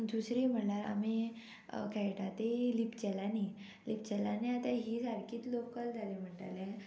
दुसरी म्हणल्यार आमी खेळटा ती लिपचेलांनी लिपचेलांनी आतां ही सारकीच लोकल जाली म्हणटाले